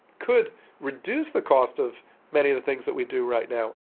could reduce the cost of many of the things that we do right now.